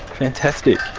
fantastic.